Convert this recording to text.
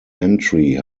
entry